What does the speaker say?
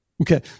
okay